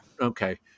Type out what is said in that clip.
Okay